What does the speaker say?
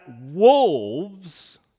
wolves